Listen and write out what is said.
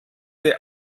der